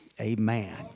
Amen